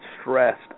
stressed